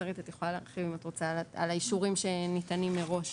שרית, את יכולה להרחיב על האישורים שניתנים מראש.